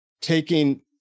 taking